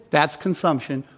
that's consumption.